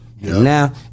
Now